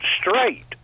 straight